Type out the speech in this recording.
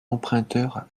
emprunteurs